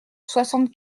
soixante